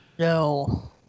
No